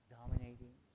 dominating